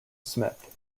smith